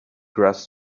grass